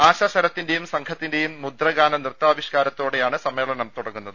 ആശ ശരത്തി ന്റെയും സംഘത്തിന്റെയും മുദ്രഗാന നൃത്താവിഷ്ക്കാരത്തോടെ യാണ് സമ്മേളനം തുടങ്ങുന്നത്